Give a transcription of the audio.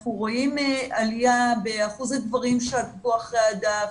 אנחנו רואים עלייה באחוז הגברים שעקבו אחרי הדף,